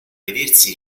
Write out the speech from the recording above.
vedersi